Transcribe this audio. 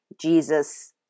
Jesus